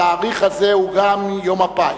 התאריך הזה הוא גם "יום הפאי",